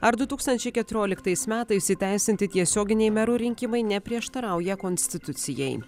ar du tūkstančiai keturioliktais metais įteisinti tiesioginiai merų rinkimai neprieštarauja konstitucijai